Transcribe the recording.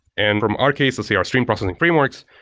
and from our cases, they are stream processing frameworks.